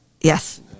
Yes